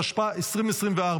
התשפ"ה 2024,